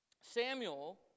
Samuel